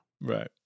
Right